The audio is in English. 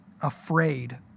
afraid